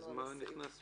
אז מה נכנס לפה?